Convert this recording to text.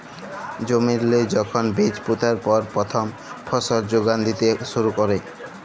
জমিল্লে যখল বীজ পুঁতার পর পথ্থম ফসল যোগাল দ্যিতে শুরু ক্যরে